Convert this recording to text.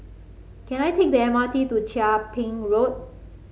can I take the M R T to Chia Ping Road